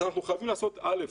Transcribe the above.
אז אנחנו חייבים: א,